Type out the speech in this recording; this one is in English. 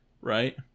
right